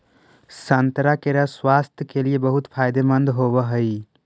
संतरा के रस स्वास्थ्य के लिए बहुत फायदेमंद होवऽ हइ